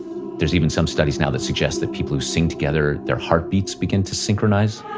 there's even some studies now that suggest that people who sing together, their heartbeats begin to synchronize